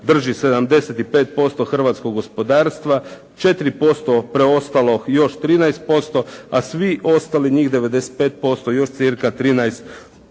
drži 75% hrvatskog gospodarstva, 4% preostalo, još 13%, a svi ostali njih 95% još cca 13%.